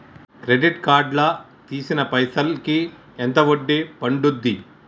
Credit card లా తీసిన పైసల్ కి ఎంత వడ్డీ పండుద్ధి?